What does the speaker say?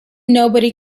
nobody